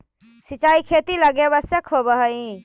सिंचाई खेती लगी आवश्यक होवऽ हइ